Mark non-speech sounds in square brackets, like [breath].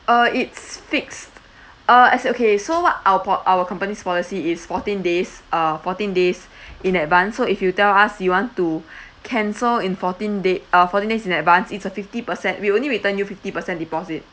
uh it's fixed uh as in okay so our po~ our company's policy is fourteen days uh fourteen days [breath] in advance so if you tell us you want to [breath] cancel in fourteen da~ uh fourteen days in advance it's a fifty percent we only return you fifty percent deposit